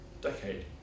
decade